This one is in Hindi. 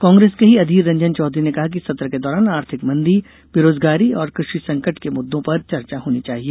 कांग्रेस के ही अधीर रंजन चौधरी ने कहा कि सत्र के दौरान आर्थिक मंदी बरोजगारी और कृषि संकट के मुद्दों पर चर्चा होनी चाहिए